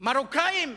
מרוקאים?